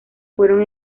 fueron